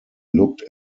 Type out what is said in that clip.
looked